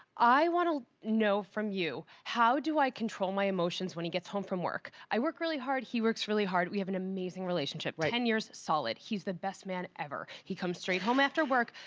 i wanna know from you, how do i control my emotions when he gets home from work? i work really hard, he works really hard. we have an amazing relations, but ten years solid. he's the best man ever. he comes straight home after work.